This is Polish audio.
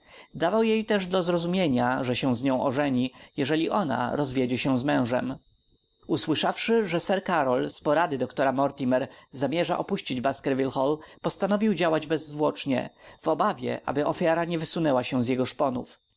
jej też do zrozumienia że się z nią ożeni jeśli ona rozwiedzie się z mężem usłyszawszy że sir karol z porady doktora mortimer zamierza opuścić baskerville hall postanowił działać bezwłocznie w obawie aby ofiara nie wysunęła się z jego